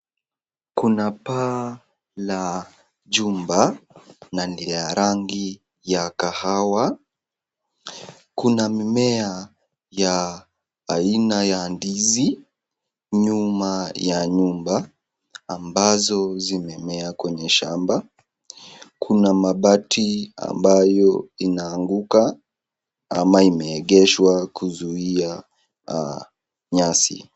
Kuna paa la jumba na ni ya rangi ya kahawa, kuna mimea ya aina ya ndizi nyuma ya nyumba ambazo zimemea kwenye shamba, kuna mabati ambayo inaanguka ama imeegeshwa kuzuia nyasi.